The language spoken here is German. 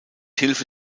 hilfe